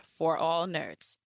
forallnerds